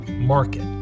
Market